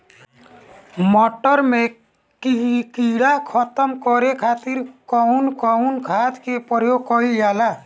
मटर में कीड़ा खत्म करे खातीर कउन कउन खाद के प्रयोग कईल जाला?